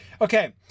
Okay